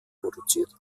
produziert